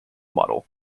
model